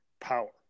power